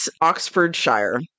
Oxfordshire